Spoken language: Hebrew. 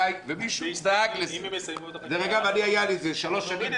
היה לי את זה שלוש שנים,